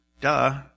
duh